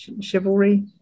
chivalry